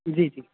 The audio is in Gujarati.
જી જી